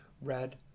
red